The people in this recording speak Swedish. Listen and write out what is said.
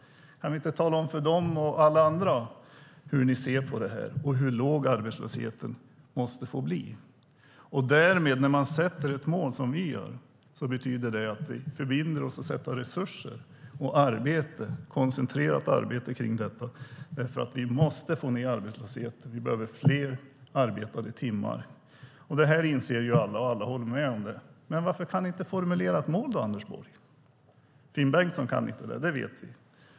Kan ni inte tala om för dem och alla andra hur ni ser på det här och hur låg arbetslösheten måste få bli? När man sätter ett mål, som vi gör, betyder det att vi förbinder oss att lägga resurser och koncentrerat arbete på detta. Vi måste få ned arbetslösheten. Vi behöver fler arbetade timmar. Det inser alla, och alla håller med om det. Varför kan ni inte då formulera ett mål, Anders Borg? Vi vet att Finn Bengtsson inte kan det.